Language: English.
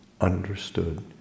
understood